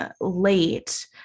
late